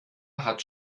hat